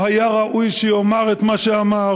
לא היה ראוי שיאמר את מה שאמר.